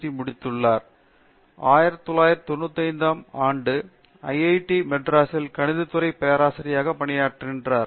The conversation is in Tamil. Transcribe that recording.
டி முடித்து பின்னர் 1995 முதல் ஐஐடி மெட்ராஸில் கணித துறை பேராசிரியராக பணியாற்றுகிறார்